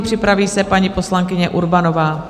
Připraví se paní poslankyně Urbanová.